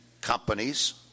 companies